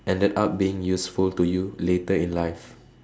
ended up being useful to you later in life